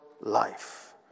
life